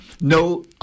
no